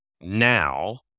now